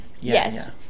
Yes